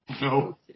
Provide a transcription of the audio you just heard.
No